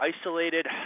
isolated